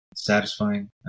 satisfying